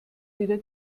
wieder